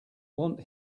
want